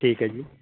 ਠੀਕ ਹੈ ਜੀ